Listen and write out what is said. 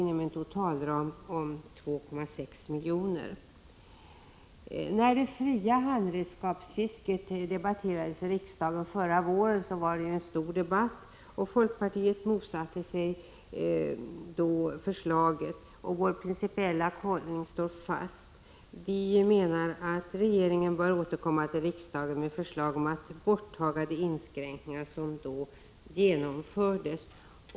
inom en totalram av 2,6 milj.kr. Det fria handredskapsfisket diskuterades i en stor debatt i riksdagen förra våren. Folkpartiet motsatte sig då förslaget, och vår principiella hållning står fast. Vi menar att regeringen bör återkomma till riksdagen med förslag om att ta bort de inskränkningar som då genomfördes.